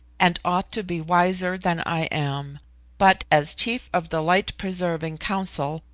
and ought to be wiser than i am but, as chief of the light-preserving council,